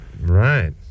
Right